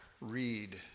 read